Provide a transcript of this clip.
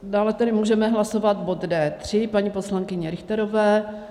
Dále tedy můžeme hlasovat bod D3 paní poslankyně Richterové.